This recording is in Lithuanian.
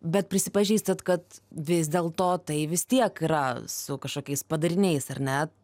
bet prisipažįstat kad vis dėlto tai vis tiek yra su kažkokiais padariniais ar ne